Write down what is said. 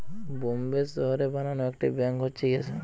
বোম্বের শহরে বানানো একটি ব্যাঙ্ক হচ্ছে ইয়েস ব্যাঙ্ক